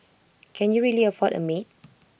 can you really afford A maid